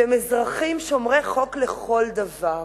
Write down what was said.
שהם אזרחים שומרי חוק לכל דבר,